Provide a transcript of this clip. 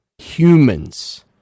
humans